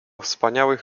wspaniałych